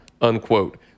unquote